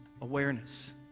awareness